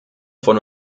von